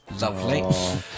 Lovely